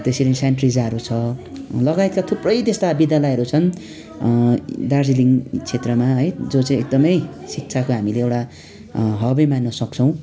त्यसरी नै सेन्ट ट्रिजाहरू छ लगायत थुप्रै त्यस्ता विद्यालयहरू छन् दार्जिलिङ क्षेत्रमा है जो चाहिँ एकदमै क्षिशाको हामीले एउटा हबै मान्न सक्छौँ